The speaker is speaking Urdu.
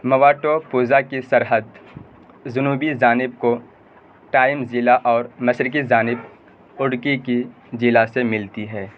مواٹو پوزا کی سرحد جنوبی جانب کوٹائم ضلع اور مشرقی جانب اوڈکی کی ضلع سے ملتی ہے